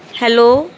hello